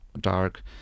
dark